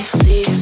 see